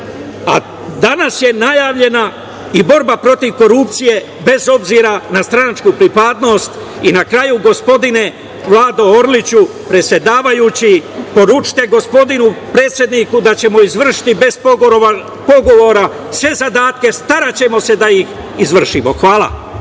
a danas je najavljena i borba protiv korupcije, bez obzira na stranačku pripadnost i na kraju gospodine Vlado Orliću, predsedavajući, poručite gospodinu predsedniku da ćemo izvršiti bez pogovora sve zadatke, staraćemo se da ih izvršimo. Hvala.